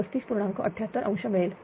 78 ° मिळेल